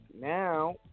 now